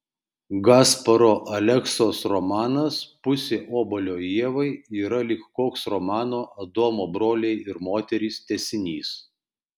gasparo aleksos romanas pusė obuolio ievai yra lyg koks romano adomo broliai ir moterys tęsinys